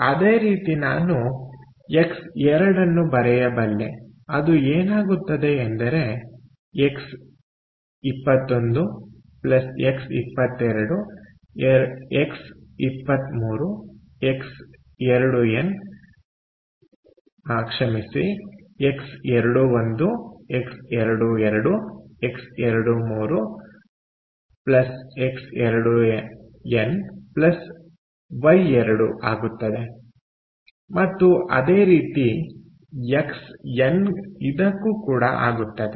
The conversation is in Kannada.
ಅದೇ ರೀತಿ ನಾನು ಎಕ್ಸ್2 ಅನ್ನು ಬರೆಯಬಲ್ಲೆ ಅದು ಏನಾಗುತ್ತದೆ ಎಂದರೆX 21 X22 X23 X2n Y2 ಆಗುತ್ತದೆ ಮತ್ತು ಅದೇ ರೀತಿ ಎಕ್ಸ್ಎನ್ ಇದಕ್ಕೂ ಕೂಡ ಆಗುತ್ತದೆ